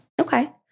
Okay